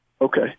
Okay